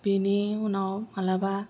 बेनि उनाव मालाबा